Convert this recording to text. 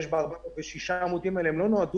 ה-406 עמודים האלה לא נועדו